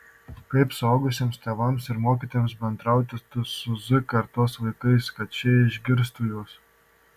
kaip suaugusiems tėvams ir mokytojams bendrauti su z kartos vaikais kad šie išgirstų juos